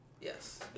Yes